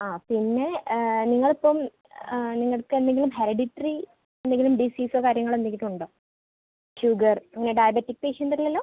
ആ പിന്നെ നിങ്ങളിപ്പം ആ നിങ്ങൾക്കെന്തെങ്കിലും ഹെറിഡിട്രി എന്തെങ്കിലും ഡിസീസോ കാര്യങ്ങളോ എന്തെങ്കിലും ഉണ്ടോ ഷുഗർ പിന്നെ ഡയബറ്റിക് പേഷ്യന്റ് അല്ലല്ലോ